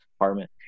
apartment